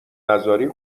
نذاری